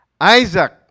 Isaac